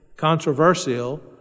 Controversial